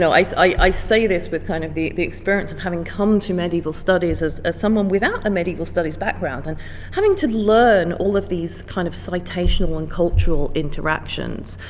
so i so i say this with kind of the the experience of having come to medieval studies as ah someone without a medieval studies background and having to learn all of these kind of citational and cultural interactions,